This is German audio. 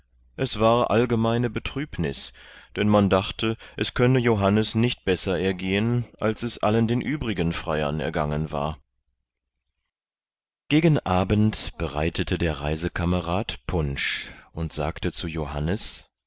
es war allgemeine betrübnis denn man dachte es könne johannes nicht besser ergehen als es allen den übrigen freiern ergangen war gegen abend bereitete der reisekamerad punsch und sagte zu johannes